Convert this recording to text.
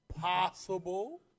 Possible